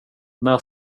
när